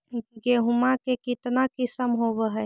गेहूमा के कितना किसम होबै है?